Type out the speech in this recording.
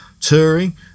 touring